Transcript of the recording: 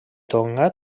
tonga